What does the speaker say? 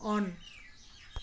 on